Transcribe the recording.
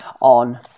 on